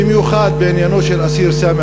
במיוחד בעניינו של האסיר סאמר